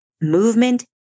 movement